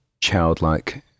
childlike